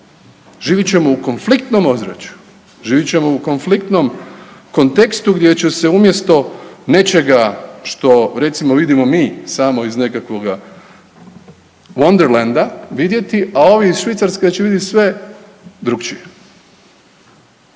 Živjet ćemo u konfliktnom ozračju, živjet ćemo u konfliktnom kontekstu gdje će se umjesto nečega što recimo vidimo mi samo iz nekakvoga wonderland-a vidjeti, a ovi iz Švicarske će vidjeti sve drukčije.